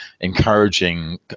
encouraging